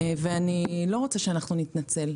ואני לא רוצה שאנחנו נתנצל.